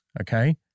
okay